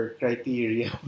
criteria